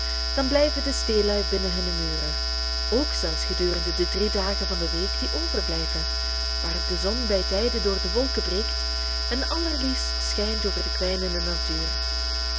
dan blijven de steelui binnen hunne muren ook zelfs gedurende de drie dagen van de week die overblijven waarop de zon bij tijden door de wolken breekt en allerliefst schijnt over de kwijnende natuur